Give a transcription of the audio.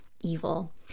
evil